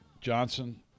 Johnson